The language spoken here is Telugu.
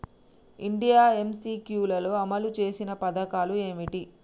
ఇండియా ఎమ్.సి.క్యూ లో అమలు చేసిన పథకాలు ఏమిటి?